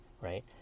right